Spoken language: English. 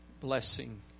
blessing